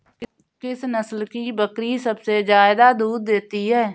किस नस्ल की बकरी सबसे ज्यादा दूध देती है?